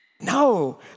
No